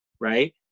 Right